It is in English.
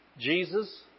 Jesus